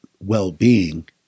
well-being